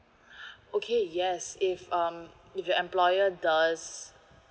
okay yes if um if your employer does